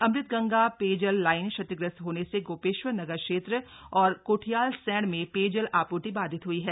अमृत गंगा पेयजल लाईन क्षतिग्रसत होने से गोपेश्वर नगर क्षेत्र और कोठियालसैंण में पेयजल आपूर्ति बाधित हई है